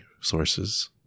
sources